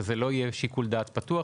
שזה לא יהיה שיקול דעת פתוח,